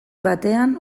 batean